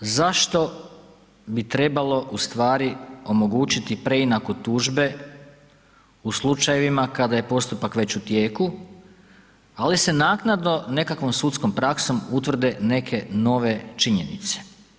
Zašto bi trebalo ustvari omogućiti preinaku tužbe u slučajevima kada je postupak već u tijeku, ali se naknadno nekakvom sudskom praksom utvrde neke nove činjenice?